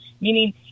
Meaning